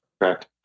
Correct